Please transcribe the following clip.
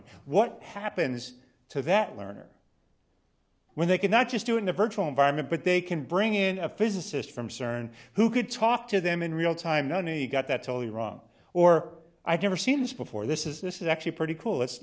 to what happens to that learner when they can not just do it in a virtual environment but they can bring in a physicist from cern who could talk to them in real time money got that totally wrong or i've never seen this before this is this is actually pretty cool let's